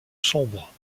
sombre